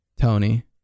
Tony